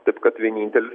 taip kad vienintelis